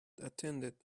attended